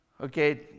okay